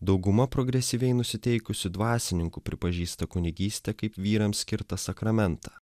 dauguma progresyviai nusiteikusių dvasininkų pripažįsta kunigystę kaip vyrams skirtą sakramentą